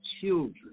children